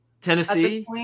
Tennessee